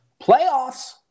Playoffs